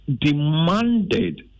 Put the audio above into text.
demanded